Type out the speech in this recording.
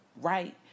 right